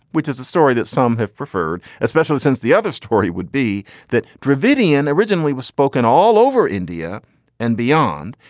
which is a story that some have preferred, especially since the other story would be that dravidian dravidian originally was spoken all over india and beyond.